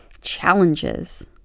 challenges